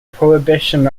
prohibition